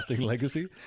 legacy